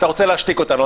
אתה רוצה להשתיק אותנו.